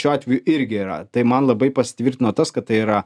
šiuo atveju irgi yra tai man labai pasitvirtino tas kad tai yra